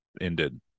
ended